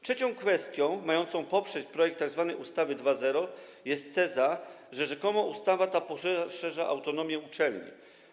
Trzecią kwestią mającą poprzeć projekt tzw. ustawy 2.0 jest teza, że rzekomo ustawa ta poszerza autonomię uczelni.